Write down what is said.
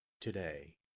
today